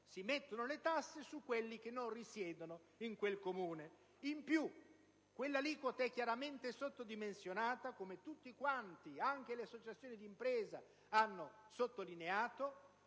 Si mettono le tasse su quelli che non risiedono in quel comune. In più quella aliquota è chiaramente sottodimensionata, come tutti, anche le associazioni di impresa, hanno sottolineato,